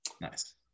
Nice